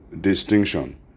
distinction